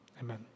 amen